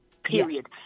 Period